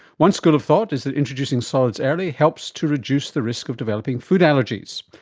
one school of thought is that introducing solids early helps to reduce the risk of developing food allergies.